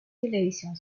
televisión